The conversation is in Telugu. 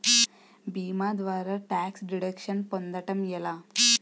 భీమా ద్వారా టాక్స్ డిడక్షన్ పొందటం ఎలా?